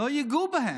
לא ייגעו בהם,